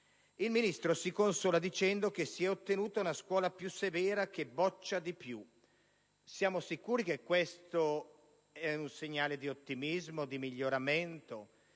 Il Ministro si consola dicendo che si è ottenuto una scuola più severa che boccia di più. Siamo sicuri che questo è un segnale di ottimismo, di miglioramento,